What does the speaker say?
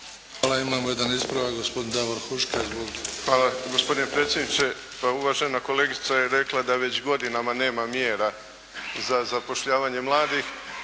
Hvala. Imamo jedan ispravak, gospodin Davor Huška. Izvolite. **Huška, Davor (HDZ)** Hvala gospodine predsjedniče. Pa uvažena kolegica je rekla da već godinama nema mjera za zapošljavanje mladih